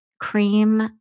cream